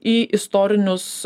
į istorinius